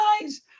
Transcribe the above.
guys